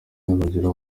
nibagera